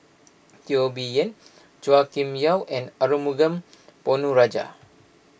Teo Bee Yen Chua Kim Yeow and Arumugam Ponnu Rajah